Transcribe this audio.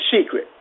secret